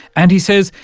and, he says,